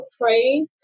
pray